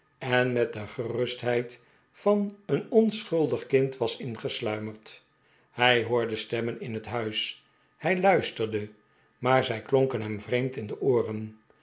en met de gerustheid van een onschuldig kind was ingesluimerd hij hoorde stemmen in het huis hij luisterde maar zij klonken hem vreemd in de ooren